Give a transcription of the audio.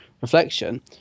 reflection